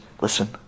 listen